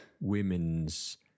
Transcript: women's